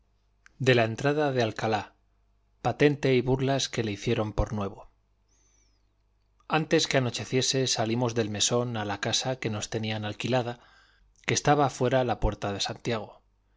de la entrada de alcalá patente y burlas que le hicieron por nuevo antes que anocheciese salimos del mesón a la casa que nos tenían alquilada que estaba fuera la puerta de santiago